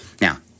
Now